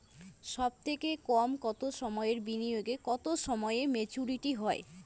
সবথেকে কম কতো সময়ের বিনিয়োগে কতো সময়ে মেচুরিটি হয়?